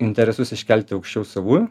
interesus iškelti aukščiau savų